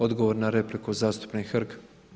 Odgovor na repliku, zastupnik Hrg.